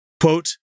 quote